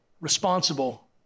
responsible